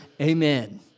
Amen